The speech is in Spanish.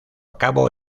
cabo